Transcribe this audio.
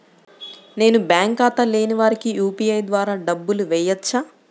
నేను బ్యాంక్ ఖాతా లేని వారికి యూ.పీ.ఐ ద్వారా డబ్బులు వేయచ్చా?